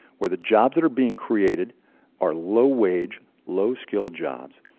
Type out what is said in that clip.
where the jobs that are being created are low-wage, low-skill jobs.